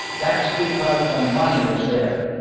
that's because the money is there.